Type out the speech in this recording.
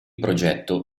progetto